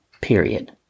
Period